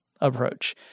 approach